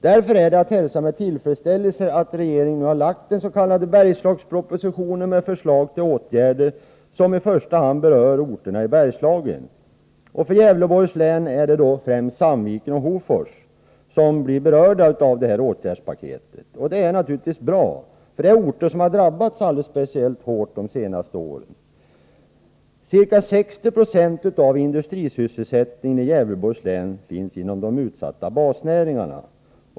Därför är det att hälsa med tillfredsställelse att regeringen nu har framlagt den s.k. Bergslagspropositionen med förslag till åtgärder som i första hand berör orterna i Bergslagen. I Gävleborgs län är det främst Sandviken och Hofors som blir berörda av detta åtgärdspaket. Det är också bra, eftersom dessa orter har drabbats alldeles speciellt hårt de senaste åren. Ca 60 70 av industrisysselsättningen i Gävleborgs län finns inom de utsatta basnäringarna.